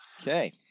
Okay